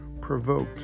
provoked